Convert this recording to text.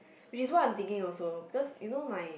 which is what I'm thinking also because you know my